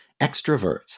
extroverts